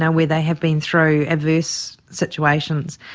ah where they have been through adverse situations,